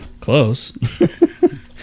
Close